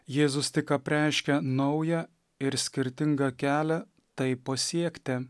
jėzus tik apreiškia naują ir skirtingą kelią tai pasiekti